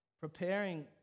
Preparing